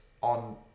on